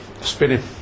spinning